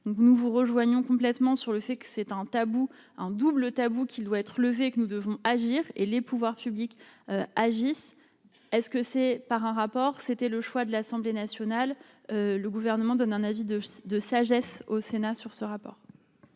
nous vous rejoignons complètement sur le fait que c'est un tabou en double tabou qui doit être levé et que nous devons agir et les pouvoirs publics agissent, est ce que c'est par un rapport, c'était le choix de l'Assemblée nationale, le gouvernement donne un avis de de sagesse au Sénat sur ce rapport.